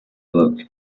book